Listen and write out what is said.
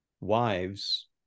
wives